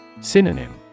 Synonym